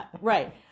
right